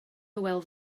hywel